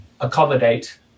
accommodate